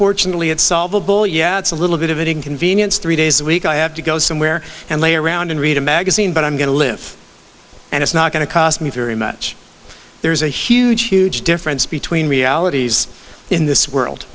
fortunately it's solvable yeah it's a little bit of an inconvenience three days a week i have to go somewhere and lay around and read a magazine but i'm going to live and it's not going to cost me very much there's a huge huge difference between realities in this world